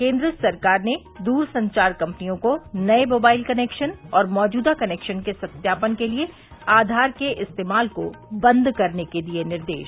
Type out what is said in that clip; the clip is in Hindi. केन्द्र सरकार ने दूर संचार कम्पनियों को नए मोबाइल कनेक्शन और मौजूदा कनेक्शन के सत्यापन के लिए आधार के इस्तेमाल को बंद करने के दिए निर्देश